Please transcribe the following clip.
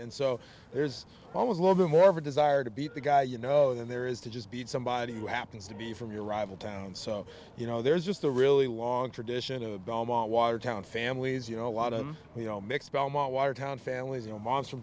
and so there's always a little bit more of a desire to beat the guy you know than there is to just beat somebody who happens to be from your rival towns so you know there's just a really long tradition of watertown families you know a lot of you know mixed belmont watertown families you know monster